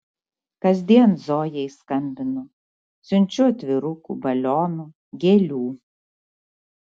kasdien zojai skambinu siunčiu atvirukų balionų gėlių